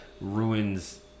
ruins